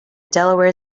delaware